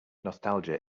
nostalgia